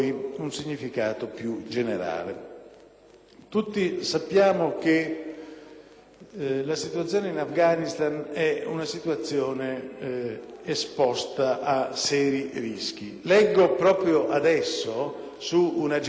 la situazione in Afghanistan è rischiosa. Leggo proprio adesso su un'agenzia che questa mattina a Kabul, in coincidenza con la visita